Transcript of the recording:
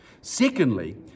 Secondly